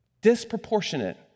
Disproportionate